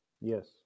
Yes